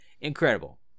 Incredible